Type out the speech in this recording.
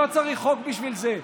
לא צריך חוק בשביל זה.